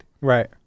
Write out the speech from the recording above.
Right